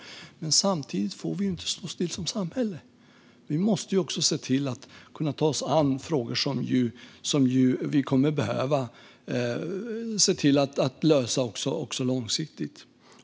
Men samtidigt får vi inte stå still som samhälle. Vi måste också se till att kunna ta oss an frågor som vi kommer att behöva lösa långsiktigt.